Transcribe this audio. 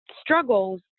struggles